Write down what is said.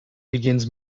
begins